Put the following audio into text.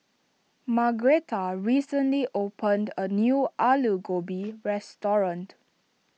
Margretta recently opened a new Alu Gobi restaurant